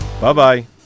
Bye-bye